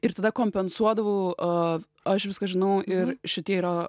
ir tada kompensuodavau o aš viską žinau ir šitie yra